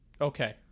Okay